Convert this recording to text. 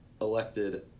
elected